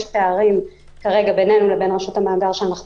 יש פערים כרגע בינינו לבין רשות המאגר שאנחנו